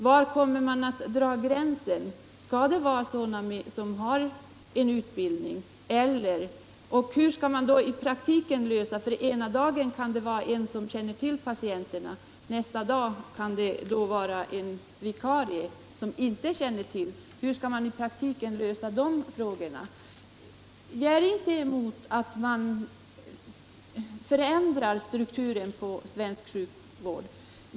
Är det sådana som har en utbildning som skall få möjlighet att förskriva lugnande medel, och hur skall man i praktiken lösa det? Ena dagen kan det ju vara en distriktssköterska som känner till patienterna, nästa dag kan det vara en vikarie som inte känner till patienterna. Hur skall man i praktiken lösa de frågorna? Jag är inte emot att man förändrar strukturen på svensk sjukvård.